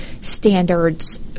standards